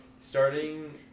Starting